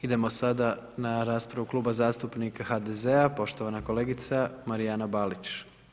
Idemo sada na raspravu Kluba zastupnika HDZ-a poštovana kolegica Marijana Balić.